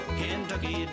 kentucky